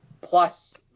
plus